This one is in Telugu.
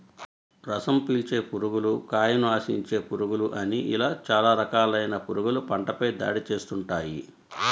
రసం పీల్చే పురుగులు, కాయను ఆశించే పురుగులు అని ఇలా చాలా రకాలైన పురుగులు పంటపై దాడి చేస్తుంటాయి